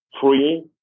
free